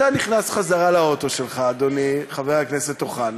אתה נכנס חזרה לאוטו שלך, אדוני חבר הכנסת אוחנה,